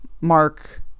Mark